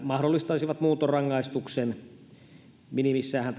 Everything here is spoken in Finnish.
mahdollistaisivat muuntorangaistuksen minimissäänhän